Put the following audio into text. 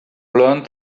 learned